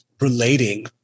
relating